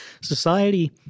Society –